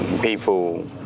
people